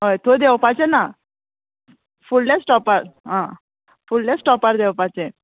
हय थंय देंवपाचें ना फुडल्या स्टॉपार आं फुडल्या स्टॉपार देंवपाचें